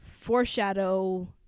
foreshadow